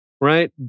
right